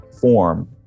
form